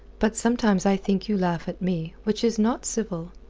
but sometimes i think you laugh at me, which is not civil.